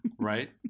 right